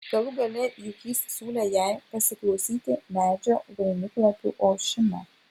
galų gale juk jis siūlė jai pasiklausyti medžio vainiklapių ošimo